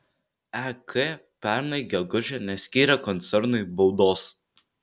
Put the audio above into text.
ek pernai gegužę neskyrė koncernui baudos